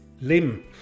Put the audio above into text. Lim